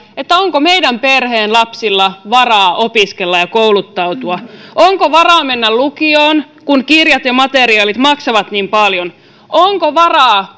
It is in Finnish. onko meidän perheen lapsilla varaa opiskella ja kouluttautua onko varaa mennä lukioon kun kirjat ja materiaalit maksavat niin paljon onko varaa